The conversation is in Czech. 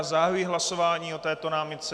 Zahajuji hlasování o této námitce.